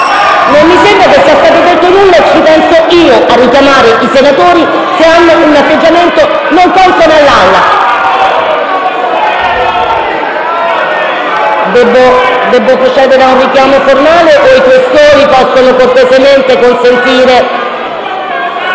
Non mi sembra che sia stato detto nulla e ci penso io a richiamare i senatori che hanno un atteggiamento non consono all'Aula. Devo procedere a un richiamo formale o i senatori Questori possono cortesemente consentire...